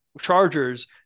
Chargers